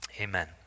Amen